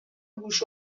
گوش